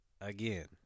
Again